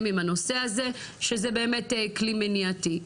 עם הנושא הזה שזה באמת כלי מניעתי.